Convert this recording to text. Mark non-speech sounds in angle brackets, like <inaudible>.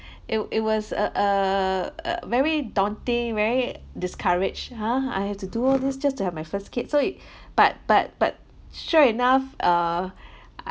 it w~ it was a a ugh very daunting very discouraged ha I have to do all this just to have my first kids so it but but but sure enough uh <noise>